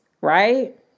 Right